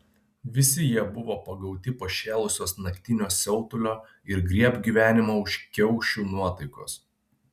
visi jie buvo pagauti pašėlusios naktinio siautulio ir griebk gyvenimą už kiaušių nuotaikos